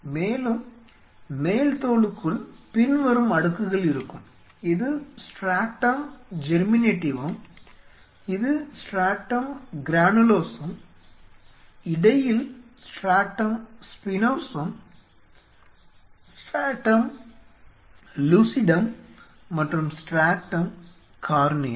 மேலும் மேல்தோலுக்குள் பின்வரும் அடுக்குகள் இருக்கும் இது ஸ்ட்ராட்டம் ஜெர்மினேடிவம் இது ஸ்ட்ராட்டம் கிரானுலோசம் இடையில் ஸ்ட்ராட்டம் ஸ்பினோசம் ஸ்ட்ராடம் லூசிடம் மற்றும் ஸ்ட்ராடம் கார்னியம்